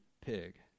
pig